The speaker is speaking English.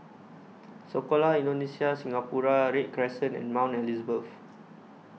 Sekolah Indonesia Singapura Read Crescent and Mount Elizabeth